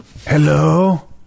hello